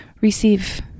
receive